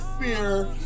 fear